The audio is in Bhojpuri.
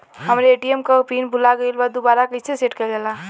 हमरे ए.टी.एम क पिन भूला गईलह दुबारा कईसे सेट कइलजाला?